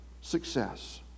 success